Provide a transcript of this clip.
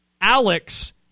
Alex